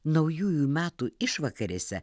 naujųjų metų išvakarėse